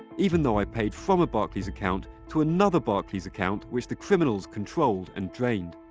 even though i paid from a barclays account to another barclays account, which the criminals controlled and drained.